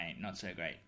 not-so-great